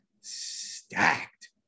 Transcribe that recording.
stacked